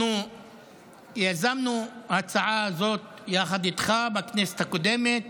אנחנו יזמנו הצעה זו יחד איתך בכנסת הקודמת